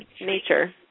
nature